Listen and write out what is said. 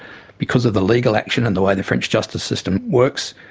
because of the legal action and the way the french justice system works,